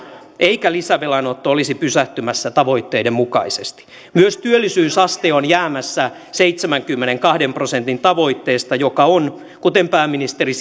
eikä lisävelanotto olisi pysähtymässä tavoitteiden mukaisesti myös työllisyysaste on jäämässä seitsemänkymmenenkahden prosentin tavoitteesta joka on kuten pääministeri